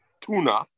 tuna